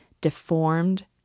deformed